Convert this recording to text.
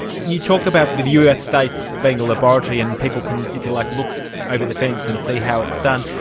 you talk about the us states being a laboratory and people can, if you like, look over the fence and see how it's done.